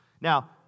Now